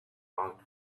marked